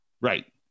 Right